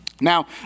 Now